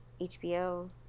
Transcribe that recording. HBO